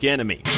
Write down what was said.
Enemy